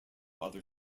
other